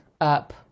up